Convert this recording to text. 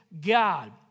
God